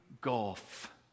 gulf